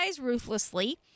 ruthlessly